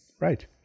Right